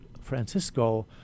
Francisco